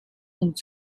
und